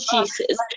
Jesus